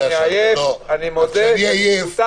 העיר,